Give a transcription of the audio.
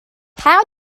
how